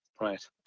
Right